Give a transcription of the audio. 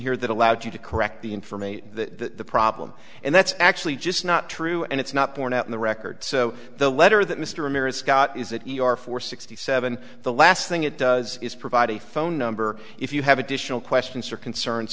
here that allows you to correct the information the problem and that's actually just not true and it's not borne out in the record so the letter that mr maritz got is that for sixty seven the last thing it does is provide a phone number if you have additional questions or concerns